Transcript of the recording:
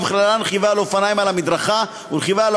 ובכללן רכיבה על אופניים על מדרכה ורכיבה על